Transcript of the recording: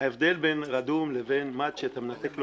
ההבדל בין רדום לבין מד שאתה מנתק לו